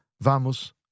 vamos